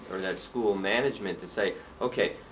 or that school management to say, okay,